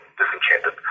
disenchanted